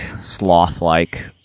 sloth-like